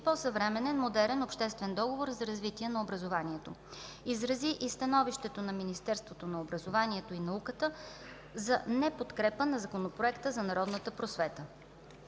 по-съвременен, модерен обществен договор за развитие на образованието. Изрази и становището на Министерството на образованието и науката за неподкрепа на Законопроекта за народната просвета.